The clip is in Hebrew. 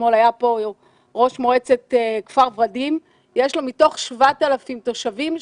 אתמול היה כאן ראש מועצת כפר ורדים ומתוך 7,000 תושבים,